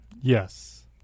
Yes